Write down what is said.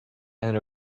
and